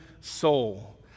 soul